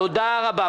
תודה רבה.